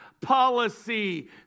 Policy